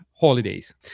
holidays